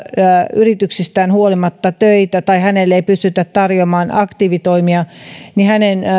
yrityksistään huolimatta töitä tai hänelle ei pystytä tarjoamaan aktiivitoimia ja hänen